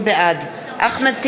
בעד אחמד טיבי,